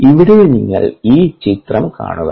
ഇവിടെ നിങ്ങൾ ഈ ചിത്രം കാണുക